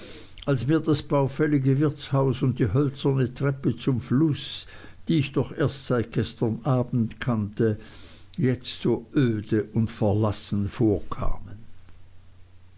als mir das baufällige wirtshaus und die hölzerne treppe zum fluß die ich doch erst seit gestern abend kannte jetzt so öde und verlassen vorkamen